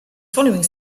following